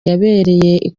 yabereye